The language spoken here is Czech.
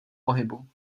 pohybu